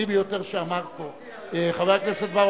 חבר הכנסת.